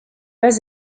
pas